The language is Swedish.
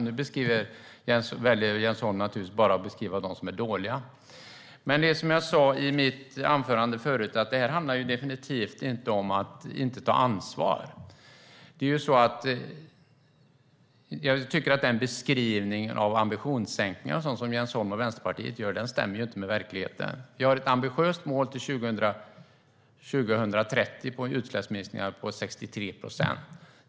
Nu väljer Jens Holm naturligtvis att bara beskriva de dåliga projekten. Som jag sa i mitt anförande handlar det här definitivt inte om att inte ta ansvar. Jag tycker att beskrivningen av ambitionssänkningar som Jens Holm och Vänsterpartiet gör inte stämmer med verkligheten. Vi har ett ambitiöst mål till 2030 på utsläppsminskningar med 63 procent.